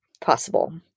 possible